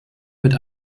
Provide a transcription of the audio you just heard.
mit